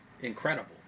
incredible